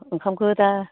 ओंखामखौ दा